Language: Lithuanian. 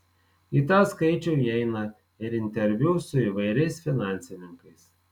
į tą skaičių įeina ir interviu su įvairiais finansininkais